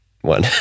one